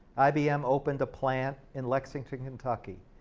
ibm opened a plant in lexington, kentucky.